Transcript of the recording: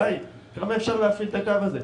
די, כמה אפשר להפעיל את הקו הזה.